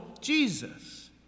Jesus